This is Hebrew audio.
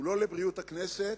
הוא לא לבריאות הכנסת,